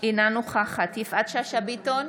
אינה נוכחת יפעת שאשא ביטון,